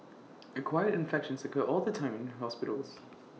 acquired infections occur all the time in hospitals